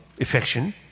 affection